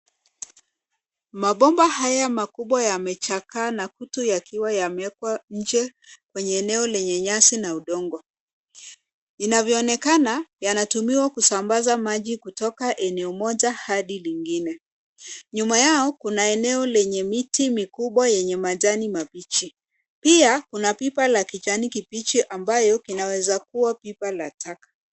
Mabomba haya makubwa yamechakaa na kutu yakiwa yamewekwa nje kwenye eneo lenye nyasi na udongo. Inavyoonekana, yanatumiwa kusambaza maji kutoka eneo moja hadi lingine. Nyuma yao, kuna eneo lenye miti mikubwa yenye majani mabichi. Pia, kuna pipa la kijani kibichi ambayo inaweza kuwa pipa la taka.